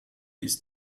ist